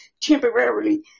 temporarily